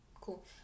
Cool